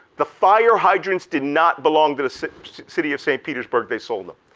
the fire hydrants did not belong to the city city of st. petersburg, they sold em.